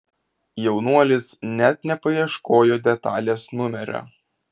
jaunuolis net nepaieškojo detalės numerio